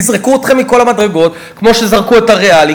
יזרקו אתכם מכל המדרגות כמו שזרקו את "הריאלי",